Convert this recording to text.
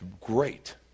great